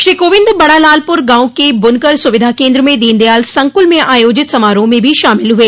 श्री कोविंद बड़ा लालपुर गांव के बुनकर सुविधा केन्द्र में दीनदयाल संकुल में आयोजित समारोह में भी शामिल हुए